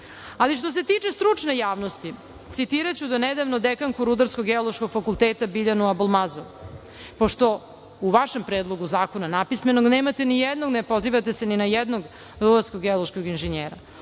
što se tiče stručne javnosti, citiraću do nedavno dekanku Rudarsko-geološkog fakulteta Biljanu Abolmasov, pošto u vašem predlogu zakona napismeno nemate ni jedno, ne pozivate se ni na jednog rudarsko-geološkog inženjera. Ona